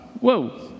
Whoa